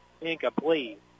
incomplete